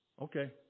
Okay